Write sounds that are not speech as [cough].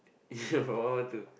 [laughs] from one one two